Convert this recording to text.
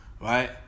right